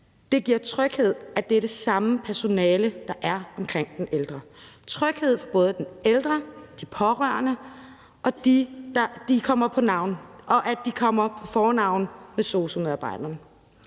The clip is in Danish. Det giver tryghed, at det er det samme personale, der er omkring den ældre. Det giver tryghed for både den ældre og de pårørende, at de kommer på fornavn med sosu-medarbejderne.